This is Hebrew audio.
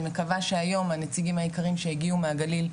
אני מקווה שהיום הנציגים היקרים שהגיעו מהגליל,